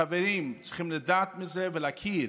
חברים צריכים לדעת מזה ולהכיר.